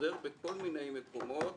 חוזר בכל מיני מקומות